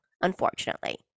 Unfortunately